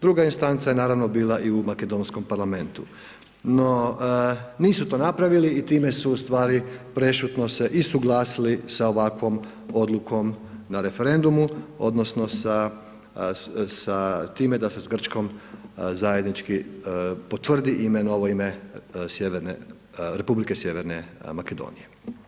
Druga instanca je naravno bila i u makedonskom Parlamentu no nisu to napravili i time se ustvari prešutno se i suglasili sa ovakvom odlukom na referendumu odnosno sa time da se s Grčkom zajednički potvrdi novo ime Republike Sjeverne Makedonije.